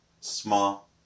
Small